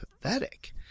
pathetic